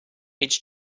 its